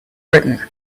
britain